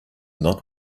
not